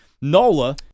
Nola